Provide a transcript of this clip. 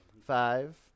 Five